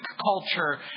culture